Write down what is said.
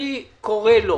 אני קורא לו